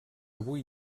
avui